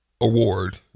award